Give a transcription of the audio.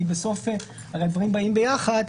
כי בסוף הרי הדברים באים ביחד.